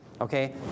Okay